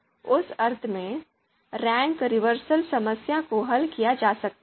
उस अर्थ में रैंक रिवर्सल समस्या को हल किया जा सकता है